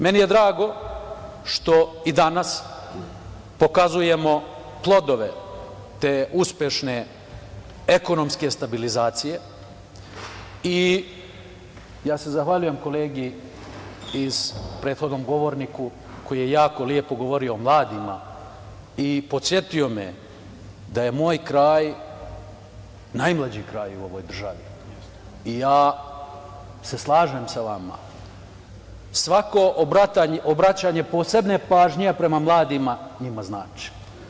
Meni je drago što i danas pokazujemo plodove te uspešne ekonomske stabilizacije i zahvaljujem se kolegi, prethodnom govorniku koji je jako lepo govorio o mladima i podsetio me da je moj kraj najmlađi kraj u ovoj državi, i slažem se sa vama, svako obraćanje posebne pažnje prema mladima njima znači.